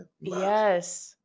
Yes